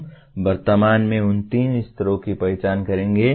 हम वर्तमान में उन तीन स्तरों की पहचान करेंगे